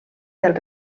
del